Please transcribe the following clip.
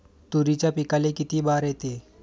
तुरीच्या पिकाले किती बार येते?